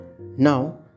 Now